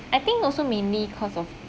I think also mainly cause of